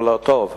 מה לא עשו טוב,